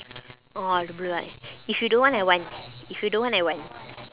orh I'll be like if you don't want I want if you don't want I want